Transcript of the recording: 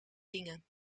dingen